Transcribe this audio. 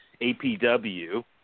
APW